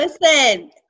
Listen